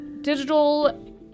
digital